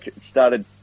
started